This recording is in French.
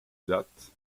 date